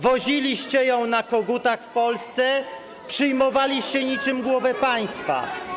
Woziliście ją na kogutach w Polsce, przyjmowaliście niczym głowę państwa.